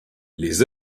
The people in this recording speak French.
les